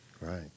Right